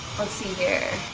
let's see here.